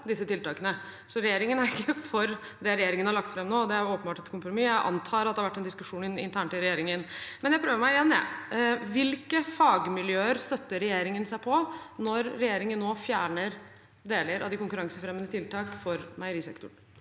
disse tiltakene. Så regjeringen er ikke for det regjeringen har lagt fram nå. Det er åpenbart et kompromiss. Jeg antar at det har vært en diskusjon internt i regjeringen, men jeg prøver meg igjen: Hvilke fagmiljøer støtter regjeringen seg til når regjeringen nå fjerner deler av de konkurransefremmende tiltakene for meierisektoren?